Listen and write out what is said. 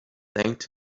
thanked